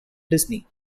disney